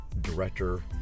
director